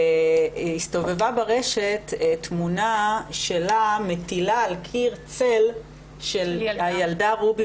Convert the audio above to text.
הסתובבה ברשת תמונה שלה מטילה על קיר צל של הילדה רובי